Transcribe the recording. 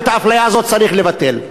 ואת האפליה הזאת צריך לבטל.